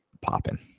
popping